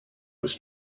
was